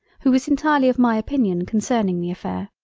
who was entirely of my opinion concerning the affair.